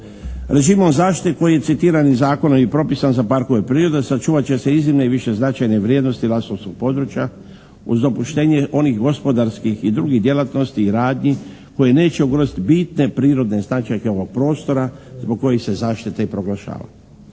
Režimom zaštite koji citiram iz zakona i propisan za parkove prirode sačuvat će se iznimne i višeznačajne vrijednosti lastovskog područja uz dopuštenje onih gospodarskih i drugih djelatnosti i radnji, koje neće ugrozit bitne prirodne značajke ovog prostora zbog kojih se zaštita i proglašava.